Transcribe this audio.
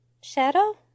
Shadow